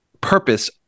purpose